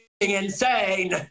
insane